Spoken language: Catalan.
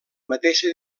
mateixa